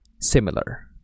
Similar